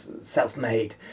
self-made